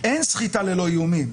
אבל אין סחיטה ללא איומים.